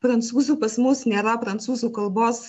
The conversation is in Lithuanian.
prancūzų pas mus nėra prancūzų kalbos